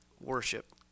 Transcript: worship